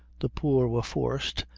the poor were forced,